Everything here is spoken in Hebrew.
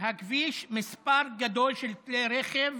הכביש מספר גדול של כלי רכב